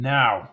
now